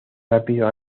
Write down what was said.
rápido